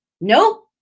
no